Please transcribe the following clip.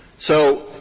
so